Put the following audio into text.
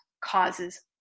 causes